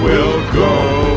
will go